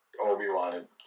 Obi-Wan